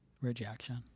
rejection